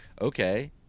Okay